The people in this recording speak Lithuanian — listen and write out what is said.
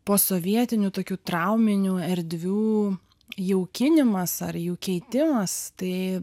posovietiniu tokių trauminių erdvių jaukinimas ar jų keitimas tai